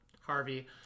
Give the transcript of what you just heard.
Harvey